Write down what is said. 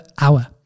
hour